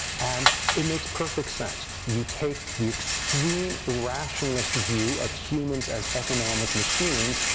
and it makes perfect sense. you take the extreme rationalist view of humans as economic machines.